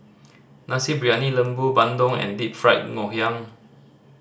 Nasi Briyani Lembu bandung and Deep Fried Ngoh Hiang